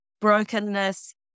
Brokenness